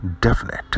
definite